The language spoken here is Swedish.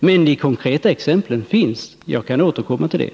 Men de konkreta exemplen finns, och jag kan återkomma till dem.